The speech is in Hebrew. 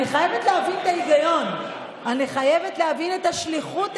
אני חייבת להבין את ההיגיון.